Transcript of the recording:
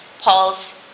Paul's